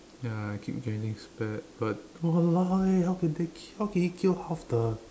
ya I keep getting spared but !walao! eh how can they kill how can he kill half the